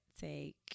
take